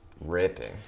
ripping